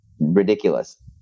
ridiculous